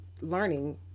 learning